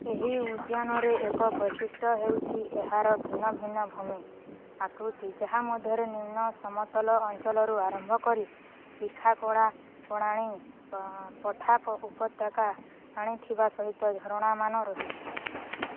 ଏହି ଉଦ୍ୟାନର ଏକ ବୈଶିଷ୍ଟ୍ୟ ହେଉଛି ଏହାର ଭିନ୍ନଭିନ୍ନ ଭୂମି ଆକୃତି ଯାହା ମଧ୍ୟରେ ନିମ୍ନ ସମତଳ ଅଞ୍ଚଳରୁ ଆରମ୍ଭ କରି ତିଖା ଗଡ଼ା ଗଡ଼ାଣି ପଠା ଉପତ୍ୟକା ଆଦି ଥିବା ସହିତ ଝରଣାମାନ ରହିଛି